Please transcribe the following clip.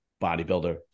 bodybuilder